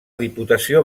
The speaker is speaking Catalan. diputació